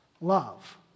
love